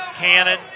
Cannon